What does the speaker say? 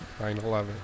9-11